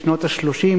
בשנות ה-30,